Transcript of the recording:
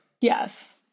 Yes